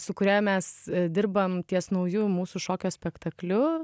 su kuria mes dirbam ties nauju mūsų šokio spektakliu